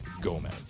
Gomez